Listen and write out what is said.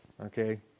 okay